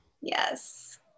Yes